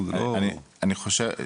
שוב,